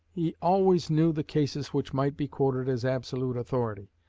he always knew the cases which might be quoted as absolute authority,